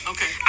Okay